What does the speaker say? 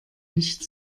nicht